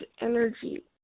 energy